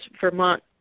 Vermont